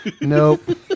Nope